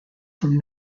from